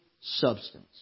substance